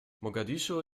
mogadischu